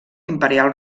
imperial